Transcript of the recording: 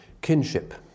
kinship